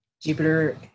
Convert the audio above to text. jupiter